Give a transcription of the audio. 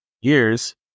years